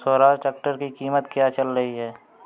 Swaraj tractor की कीमत क्या चल रही है?